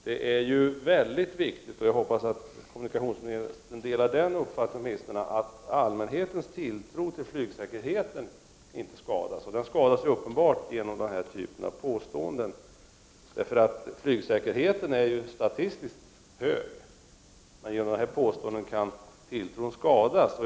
Det är mycket viktigt — jag hoppas att kommunikationsministern delar åtminstone den uppfattningen — att allmänhetens tilltro till flygsäkerheten inte skadas. Den skadas uppenbart genom den här typen av påståenden. Flygsäkerheten är ju statistiskt sett hög, men genom sådana här påståenden kan tilltron skadas.